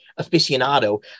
aficionado